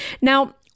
Now